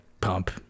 pump